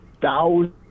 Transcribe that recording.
thousand